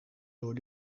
door